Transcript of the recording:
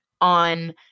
on